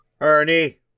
Ernie